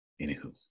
anywho